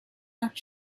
not